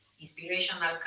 inspirational